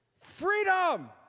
Freedom